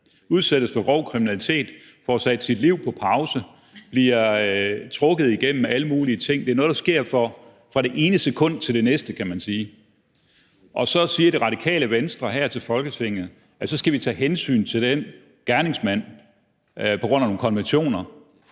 udsættes for grov kriminalitet, får sat sit liv på pause og bliver trukket igennem alle mulige ting. Det er noget, der sker fra det ene sekund til det næste, kan man sige. Og så siger Det Radikale Venstre her til Folketinget, at så skal vi tage hensyn til den gerningsmand på grund af nogle konventioner,